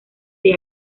del